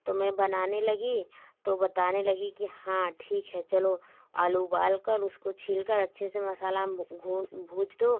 तो मैं बनाने लगी तो बताने लगी की हाँ ठीक है चलो आलू उबालकर उसको छीलकर अच्छे से मसाला में घून भूंज दो